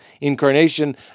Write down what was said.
incarnation